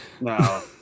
No